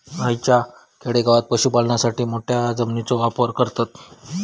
हयच्या खेडेगावात पशुपालनासाठी मोठ्या जमिनीचो वापर करतत